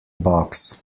box